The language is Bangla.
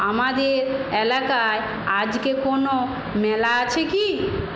আমাদের এলাকায় আজকে কোনো মেলা আছে কি